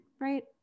right